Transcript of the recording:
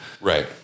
right